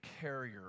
carrier